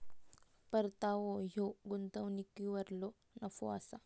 परतावो ह्यो गुंतवणुकीवरलो नफो असा